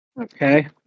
Okay